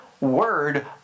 word